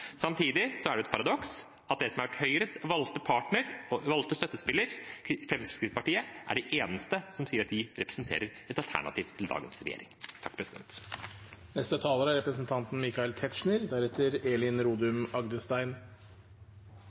Samtidig er det et paradoks at det som har vært Høyres valgte partner og støttespiller, Fremskrittspartiet, er de eneste som sier at de representerer et alternativ til dagens regjering. Under henvisning til det foregående innlegget fra representanten